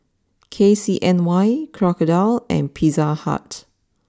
K C N Y Crocodile and Pizza Hut